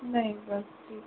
नई बसि ठीकु आहे